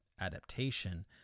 adaptation